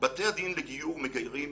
בתי הדין לגיור מגיירים